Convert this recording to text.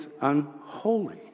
unholy